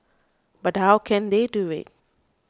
but how can they do it